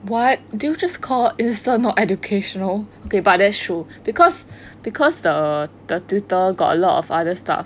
what did you just call insta not educational okay but that's true because because the twitter got a lot of other stuff